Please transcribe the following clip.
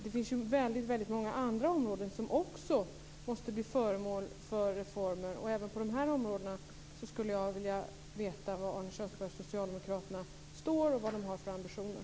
Det finns ju väldigt många andra områden som också måste bli föremål för reformer. Även på dessa områden skulle jag vilja veta var Arne Kjörnsberg och socialdemokraterna står och vad de har för ambitioner.